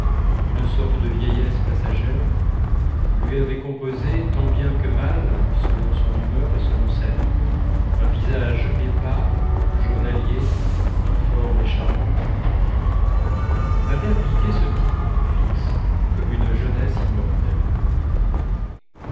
une sorte de vieillesse passagère lui avaient composé tant bien que mal selon son humeur et selon sa mine un visage épars journalier informe et charmant avait appliqué ce type fixe comme une jeunesse immortelle